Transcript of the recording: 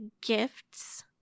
gifts